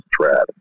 trad